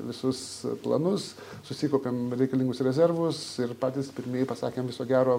visus planus susikaupėm reikalingus rezervus ir patys pirmieji pasakėm viso gero